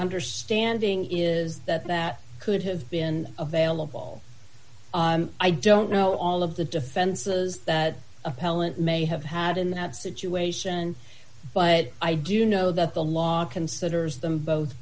understanding is that that could have been available i don't know all of the defenses that appellant may have had in that situation but i do know that the law considers them both